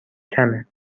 کمه